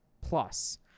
plus